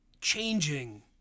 changing